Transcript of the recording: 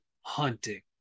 hunting